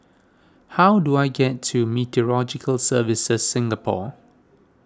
how do I get to Services Singapore